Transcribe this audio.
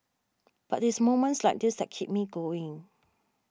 but it's moments like this that keep me going